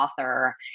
author